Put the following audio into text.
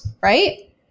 Right